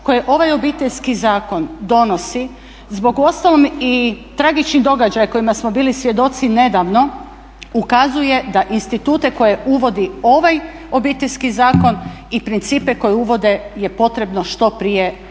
koje ovaj Obiteljski zakon donosi, zbog uostalom i tragičnih događaja kojima smo bili svjedoci nedavno ukazuje da institute koje uvodi ovaj Obiteljski zakon i principe koje uvode je potrebno što prije uvesti.